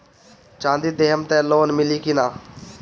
चाँदी देहम त लोन मिली की ना?